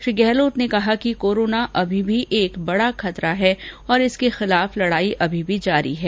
श्री गहलोत ने कहा कि कोरोना अभी भी एक बडा खतरा है और इसके खिलाफ लडाई अभी भी जारी रहेगी